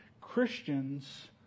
Christians